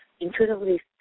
intuitively